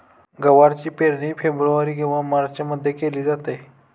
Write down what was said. गवारची पेरणी फेब्रुवारी किंवा मार्चमध्ये केली जाते